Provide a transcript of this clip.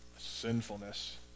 sinfulness